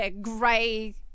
Grey